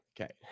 Okay